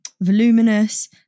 voluminous